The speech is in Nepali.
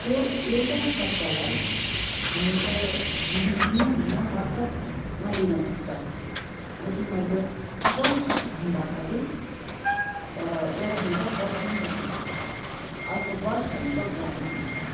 त्यो एउटा शब्दलाई हामीले भिन्न भिन्न मतलबमा लिन सक्छ यदि मैले बस भन्दाखेरि एउटा हुन्छ बस्नु भनेको अर्को बस भनेको गाडी हुन्छ